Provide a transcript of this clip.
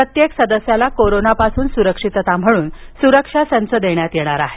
प्रत्येक सदस्यांना कोरोनापासून सुरक्षितता म्हणून सुरक्षा संच देण्यात येणार आहे